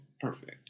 perfect